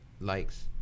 likes